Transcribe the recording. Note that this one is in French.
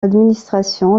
administration